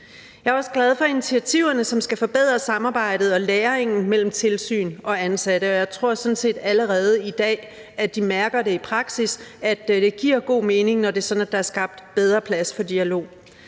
Jeg er også glad for initiativerne, som skal forbedre samarbejdet og læringen mellem tilsyn og ansatte, og jeg tror sådan set, at de allerede i dag mærker i praksis, at det giver god mening, når det er sådan, at der er skabt bedre plads for dialog.